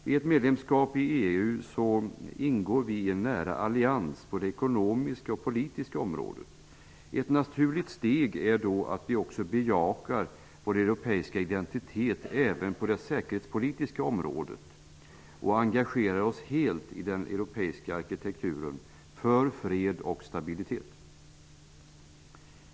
Vid ett medlemskap i EU ingår vi en nära allians på det ekonomiska och politiska området. Ett naturligt steg är då att vi också bejakar vår europeiska identitet även på det säkerhetspolitiska området och engagerar oss helt i den europeiska arkitekturen för fred och stabilitet.